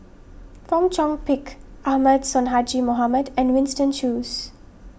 Fong Chong Pik Ahmad Sonhadji Mohamad and Winston Choos